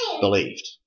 believed